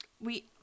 we-